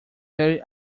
very